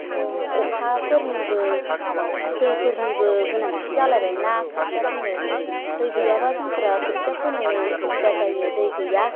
जों अखाफोरनिबो दैफोरनिबो गोनांथि जालायबायना खोथिया फोनो दै गैयाब्ला जोंफोरा खोथिया फोनो अखुबिदा जायो दै गैया